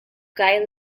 guy